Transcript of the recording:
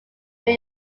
new